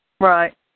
Right